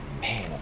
man